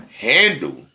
handle